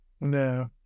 No